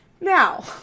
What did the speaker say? Now